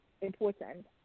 important